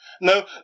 No